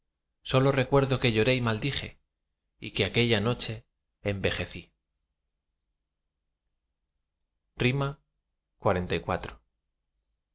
sólo recuerdo que lloré y maldije y que en aquella noche envejecí xliv